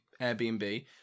Airbnb